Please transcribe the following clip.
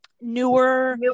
newer